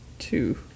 two